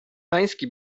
pański